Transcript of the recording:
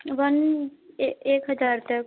one एक हज़ार तक